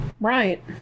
right